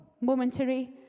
momentary